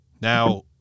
now